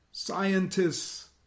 scientists